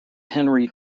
henry